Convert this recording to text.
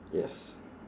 yes